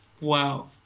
wow